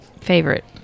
Favorite